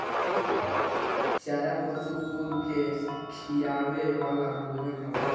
चारा पशु कुल के खियावे वाला भोजन हवे